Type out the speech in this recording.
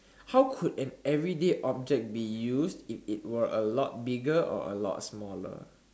how could an everyday object be use if it were a lot bigger or a lot smaller